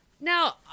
Now